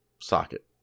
socket